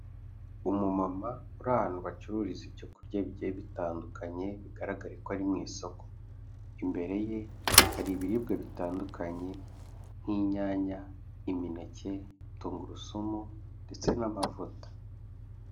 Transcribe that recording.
Umumama uri ahantu bacururiza ibyo kurya bigiye bitandukanye, bigaragare ko ari mu isoko, imbere ye hari ibiribwa bitandukanye nk'inyanya, imineke, tungurusumu ndetse n'amavuta.